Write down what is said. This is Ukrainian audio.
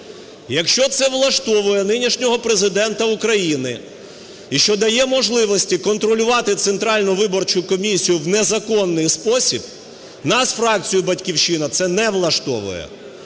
Якщо це влаштовує нинішнього Президента України, що дає можливості контролювати Центральну виборчу комісію в незаконний спосіб, нас, фракцію "Батьківщина", це не влаштовує.